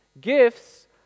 Gifts